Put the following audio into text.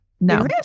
No